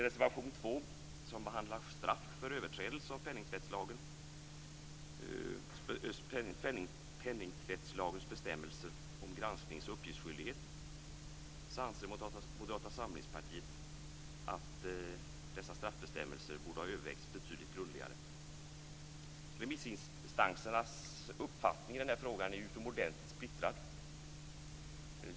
I reservation 2, som behandlar straff för överträdelse av penningtvättslagens bestämmelser om granskings och uppgiftsskyldighet, anser Moderata samlingspartiet att dessa straffbestämmelser borde ha övervägts betydligt grundligare. Remissinstansernas uppfattningar i frågan är utomordentligt splittrade.